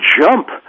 jump